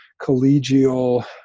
collegial